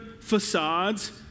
facades